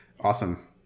Awesome